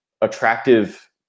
attractive